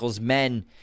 men